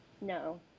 No